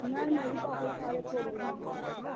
नहि नहि ओतऽ पइसा एकोगो नहि लिगै छै